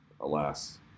Alas